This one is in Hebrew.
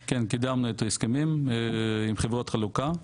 כן, אנחנו קידמנו את ההסכמים עם חברות החלוקה.